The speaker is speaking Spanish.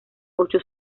ocho